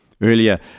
Earlier